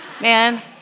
man